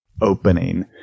opening